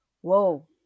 whoa